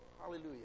Hallelujah